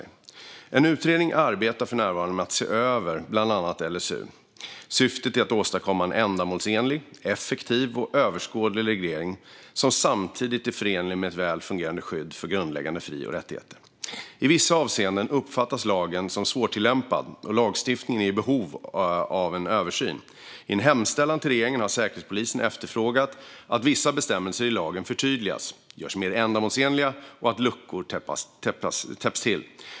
En utredning arbetar för närvarande med att se över bland annat LSU . Syftet är att åstadkomma en ändamålsenlig, effektiv och överskådlig reglering som samtidigt är förenlig med ett väl fungerande skydd för grundläggande fri och rättigheter. I vissa avseenden uppfattas lagen som svårtillämpad, och lagstiftningen är i behov av en översyn. I en hemställan till regeringen har Säkerhetspolisen efterfrågat att vissa bestämmelser i lagen förtydligas och görs mer ändamålsenliga och att luckor täpps till.